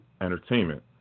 Entertainment